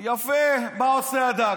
מאיפה משתין הדג.